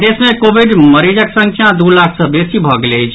प्रदेश मे कोविड मरीजक संख्या दू लाख सँ बेसी भऽ गेल अछि